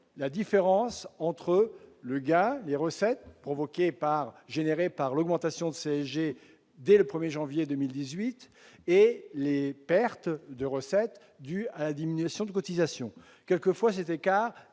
la différence entre le Ghana les recettes provoquée par générée par l'augmentation de CSG dès le 1er janvier 2018 et les pertes de recettes dues à la diminution de cotisations quelquefois j'étais